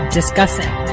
discussing